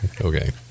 okay